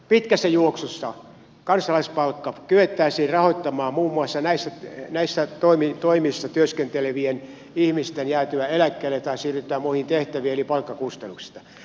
pitkässä juoksussa kansalaispalkka kyettäisiin rahoittamaan muun muassa näissä toimissa työskentelevien ihmisten jäätyä eläkkeelle tai siirryttyä muihin tehtäviin eli palkkakustannuksista